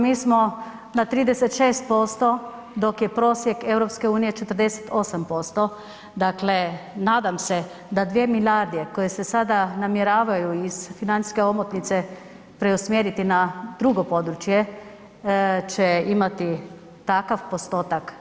Mi smo na 36% dok je prosjek EU 48%, dakle nadam se da dvije milijarde koje se sada namjeravaju iz financijske omotnice preusmjeriti na drugo područje će imati takav postotak.